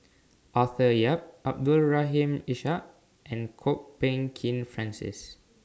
Arthur Yap Abdul Rahim Ishak and Kwok Peng Kin Francis